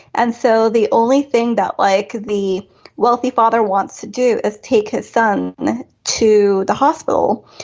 and so the only thing that like the wealthy father wants to do is take his son to the hospital.